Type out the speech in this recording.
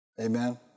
amen